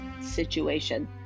situation